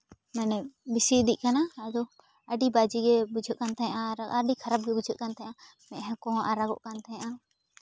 ᱢᱟᱱᱮ ᱵᱮᱥᱤ ᱤᱫᱤᱜ ᱠᱟᱱᱟ ᱟᱫᱚ ᱟᱹᱰᱤ ᱵᱟᱡᱮᱜᱮ ᱵᱩᱡᱷᱟᱹᱜ ᱠᱟᱱ ᱛᱟᱦᱮᱱᱟ ᱟᱨ ᱟᱹᱰᱤ ᱠᱷᱟᱨᱟᱯ ᱜᱮ ᱵᱩᱡᱷᱟᱹᱜ ᱠᱟᱱ ᱛᱟᱦᱮᱸᱜᱼᱟ ᱢᱮᱫᱦᱟ ᱠᱚᱦᱚᱸ ᱟᱨᱟᱜᱚᱜ ᱠᱟᱱ ᱛᱟᱦᱮᱸᱜᱼᱟ